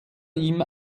ihm